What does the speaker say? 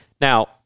Now